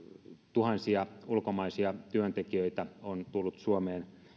tuhansia ulkomaisia työntekijöitä on tullut suomeen